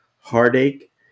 heartache